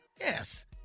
Yes